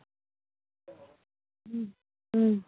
ᱦᱩᱸ ᱦᱩᱸ